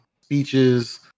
speeches